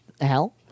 hell